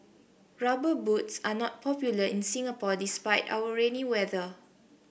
rubber boots are not popular in Singapore despite our rainy weather